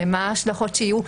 ומה ההשלכות שיהיו,